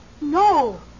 no